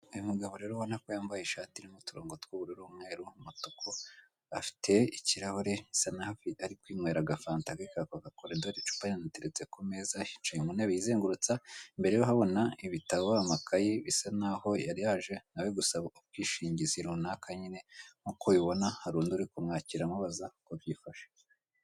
Uyu mugabo rero ubona ko yambaye ishati irimo uturongo tw'ubururu n'umweru n'umutuku, afite ikirahure bisa n'aho ari kwinywe agafanta ke ka koka kora dore icupa yamuteretse ku meza yicaye mu ntebe izengurutsa, imbere urahabona ibitabo, amakayi, bisa naho yari yaje nawe gusaba ubwishingizi runaka nyine nk'uko bibona hari undi uri kumwakira amubaza uko byifashe.